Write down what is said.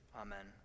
amen